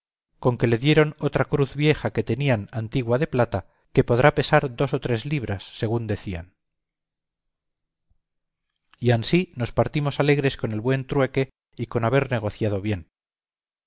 con que le dieron otra cruz vieja que tenían antigua de plata que podrá pesar dos o tres libras según decían y ansí nos partimos alegres con el buen trueque y con haber negociado bien